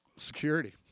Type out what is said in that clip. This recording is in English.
security